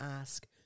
ask